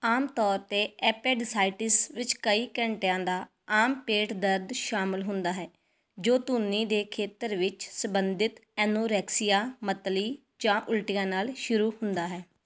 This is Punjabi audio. ਆਮ ਤੌਰ 'ਤੇ ਐਪੈਂਡਿਸਾਈਟਿਸ ਵਿੱਚ ਕਈ ਘੰਟਿਆਂ ਦਾ ਆਮ ਪੇਟ ਦਰਦ ਸ਼ਾਮਲ ਹੁੰਦਾ ਹੈ ਜੋ ਧੁੰਨੀ ਦੇ ਖੇਤਰ ਵਿੱਚ ਸੰਬੰਧਿਤ ਐਨੋਰੈਕਸੀਆ ਮਤਲੀ ਜਾਂ ਉਲਟੀਆਂ ਨਾਲ ਸ਼ੁਰੂ ਹੁੰਦਾ ਹੈ